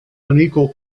unequal